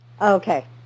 Okay